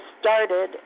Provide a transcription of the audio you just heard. started